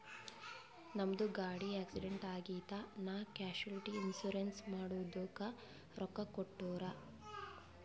ನಮ್ದು ಗಾಡಿ ಆಕ್ಸಿಡೆಂಟ್ ಆಗಿತ್ ನಾ ಕ್ಯಾಶುಲಿಟಿ ಇನ್ಸೂರೆನ್ಸ್ ಮಾಡಿದುಕ್ ರೊಕ್ಕಾ ಕೊಟ್ಟೂರ್